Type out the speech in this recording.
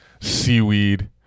seaweed